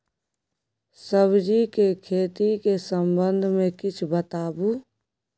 सब्जी के खेती के संबंध मे किछ बताबू?